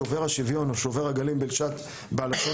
שובר השוויון או שובר הגלים בלשון הצה"לית,